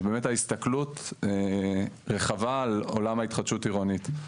זה באמת הסתכלות רחבה על עולם ההתחדשות העירונית.